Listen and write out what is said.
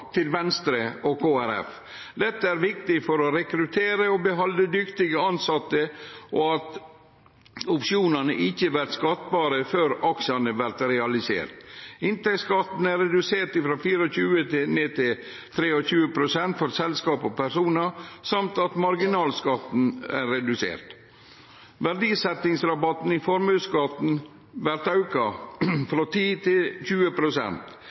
til Venstre og Kristeleg Folkeparti! Det er viktig for å rekruttere og behalde dyktige tilsette at opsjonane ikkje vert skattbare før aksjane vert realiserte. Inntektsskatten er redusert frå 24 pst. til 23 pst. for selskap og personar, og marginalskatten er redusert. Verdisettingsrabatten i formuesskatten vert auka frå 10 pst. til